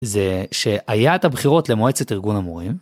זה שהיה את הבחירות למועצת ארגון המורים.